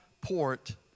port